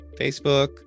facebook